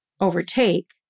overtake